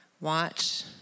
watch